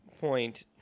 Point